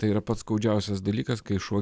tai yra pats skaudžiausias dalykas kai šuo